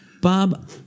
Bob